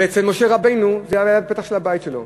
ואצל משה רבנו זה היה בפתח הבית שלו.